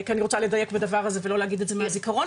כי אני רוצה לדייק בדבר הזה ולא להגיד את זה מהזיכרון.